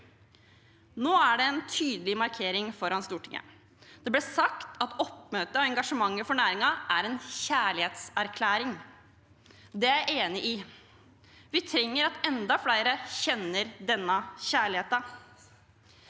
Nå er det en tydelig markering foran Stortinget. Det ble sagt at oppmøtet og engasjementet for næringen er en kjærlighetserklæring. Det er jeg enig i. Vi trenger at enda flere kjenner denne kjærligheten.